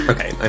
Okay